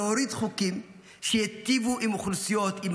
להוריד חוקים כך שזה ייטיב עם אוכלוסיות,